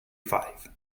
five